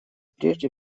прежде